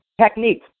Technique